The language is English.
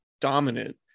dominant